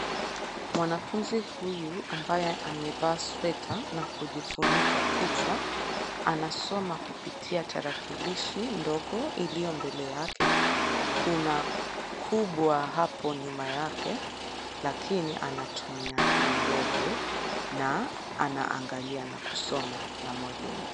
Mwanafunzi huyu ambaye amevaa sweta, na kujifunika kichwa. Anasoma kupitia tarakilishi ndogo iliyo mbele yake. Kuna kubwa hapo nyuma yake, lakini anatumia hii ndogo, na anaangalia na kusoma na mwalimu.